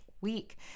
week